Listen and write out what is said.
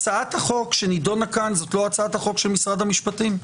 הצעת החוק שנדונה כאן זאת לא הצעת חוק של משרד המשפטים.